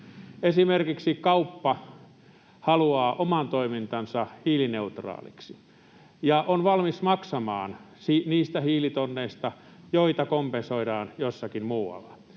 Esimerkiksi kauppa haluaa oman toimintansa hiilineutraaliksi ja on valmis maksamaan niistä hiilitonneista, joita kompensoidaan jossakin muualla.